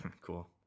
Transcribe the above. Cool